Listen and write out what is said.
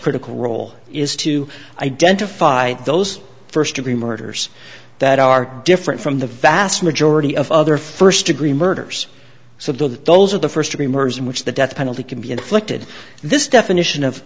critical role is to identify those first degree murders that are different from the vast majority of other first degree murders so that those are the first degree murder in which the death penalty can be elected this definition of